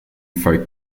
folk